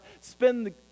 spend